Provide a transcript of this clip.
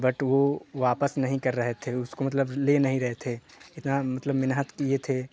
but वह वापस नहीं कर रहे थे उसको मतलब ले नहीं रहे थे इतना मतलब मिन्हत किए थे